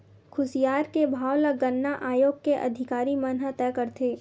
खुसियार के भाव ल गन्ना आयोग के अधिकारी मन ह तय करथे